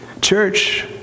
Church